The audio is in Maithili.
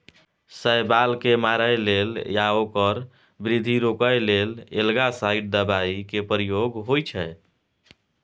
शैबाल केँ मारय लेल या ओकर बृद्धि रोकय लेल एल्गासाइड दबाइ केर प्रयोग होइ छै